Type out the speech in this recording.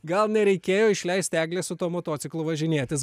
gal nereikėjo išleisti eglės su tuo motociklu važinėtis